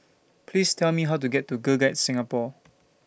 Please Tell Me How to get to Girl Guides Singapore